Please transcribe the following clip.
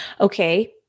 Okay